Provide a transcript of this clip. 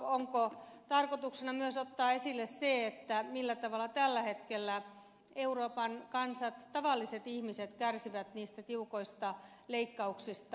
onko tarkoituksena ottaa esille myös se millä tavalla tällä hetkellä euroopan kansat tavalliset ihmiset kärsivät niistä tiukoista leikkauksista